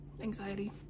anxiety